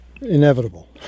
inevitable